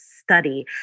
study